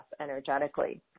energetically